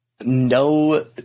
no